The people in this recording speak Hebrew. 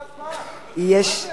יש כבר הצבעה, מה זה?